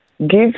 give